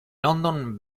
london